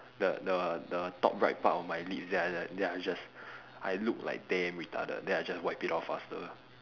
the the the top right part of my lips then I just then I just I look like damn retarded then I just wipe it off faster